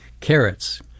carrots